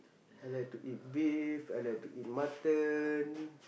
I like to eat beef I like to eat mutton